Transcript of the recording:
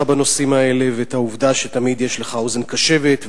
בנושאים האלה ואת העובדה שתמיד יש לך אוזן קשבת,